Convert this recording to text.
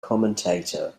commentator